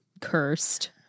cursed